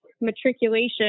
matriculation